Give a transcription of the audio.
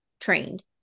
trained